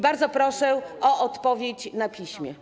Bardzo proszę o odpowiedź na piśmie.